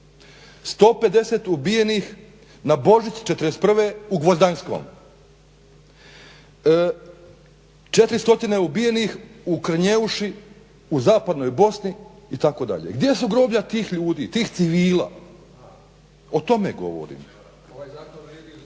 150 ubijenih na Božić '41. u Gvozdanjskom, 400 ubijenih u Krnjeuši u zapadnoj Bosni itd.? Gdje su groblja tih ljudi, tih civila? O tome govorim.